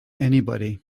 anybody